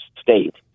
state